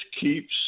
keeps